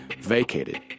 vacated